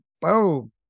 boom